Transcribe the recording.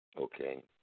okay